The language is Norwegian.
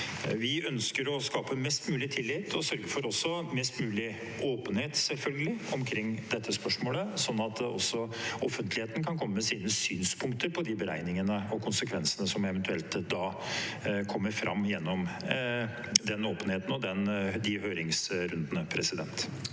Vi ønsker å skape mest mulig tillit og selvfølgelig også sørge for mest mulig åpenhet omkring dette spørsmålet, sånn at også offentligheten kan komme med sine synspunkter på de beregningene og konsekvensene som eventuelt da kommer fram gjennom den åpenheten og de høringsrundene. Sofie